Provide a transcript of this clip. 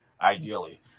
ideally